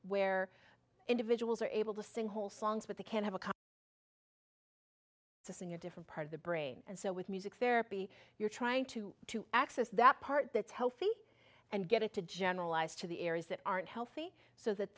where individuals are able to sing whole songs with they can have a cup to sing a different part of the brain and so with music therapy you're trying to access that part that's healthy and get it to generalize to the areas that aren't healthy so that